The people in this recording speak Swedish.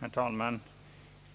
Herr talman!